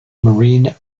marine